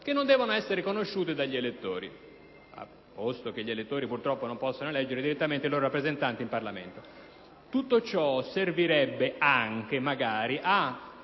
che non devono essere conosciute dagli elettori, posto che essi, purtroppo, non possono eleggere direttamente i loro rappresentanti in Parlamento. Tutto ciò servirebbe magari anche